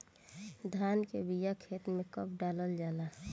धान के बिया खेत में कब डालल जाला?